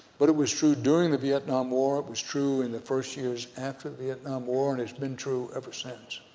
but it was true during the vietnam war, it was true in the first years after the vietnam war and it's been true ever since,